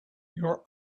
your